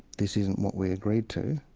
this isn't what we agreed to,